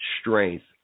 strength